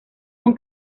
con